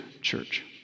church